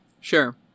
sure